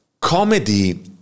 comedy